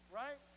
right